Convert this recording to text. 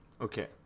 Okay